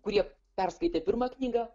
kurie perskaitė pirmą knygą